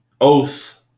oath